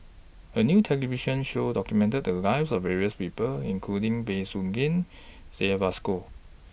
A New television Show documented The Lives of various People including Bey Soo Khiang Syed Alsagoff